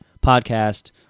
podcast